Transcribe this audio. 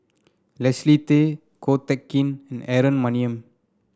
Leslie Tay Ko Teck Kin Aaron Maniam